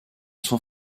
son